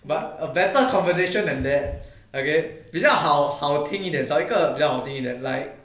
but a better conversation than that okay 比较好好听一点找一个比较好听一点 like